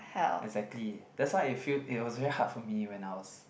exactly that's why I feel it was very hard for me when I was